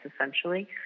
essentially